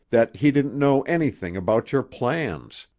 that he didn't know anything about your plans.